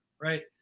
right